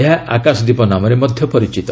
ଏହା ଆକାଶଦୀପ ନାମରେ ମଧ୍ୟ ପରିଚିତ